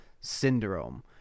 syndrome